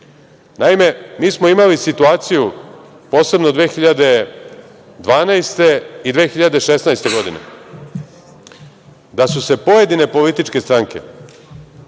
mi smo imali situaciju, posebno 2012. i 2016. godine, da su se pojedine političke stranke